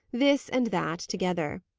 this and that together.